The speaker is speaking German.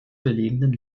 gelegenen